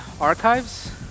Archives